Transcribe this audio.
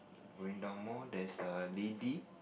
going down more there is a lady